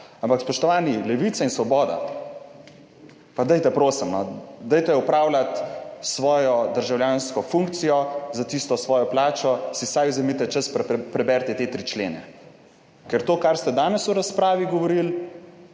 Ampak, spoštovani, Levica in Svoboda, pa dajte, prosim, dajte opravljati svojo državljansko funkcijo, na tisto svojo plačo si vsaj vzemite čas in preberite te 3 člene, ker to kar ste danes v razpravi govorili